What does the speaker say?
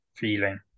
feeling